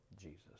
Jesus